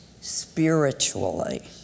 spiritually